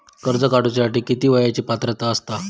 कर्ज काढूसाठी किती वयाची पात्रता असता?